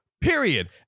period